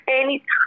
anytime